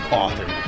author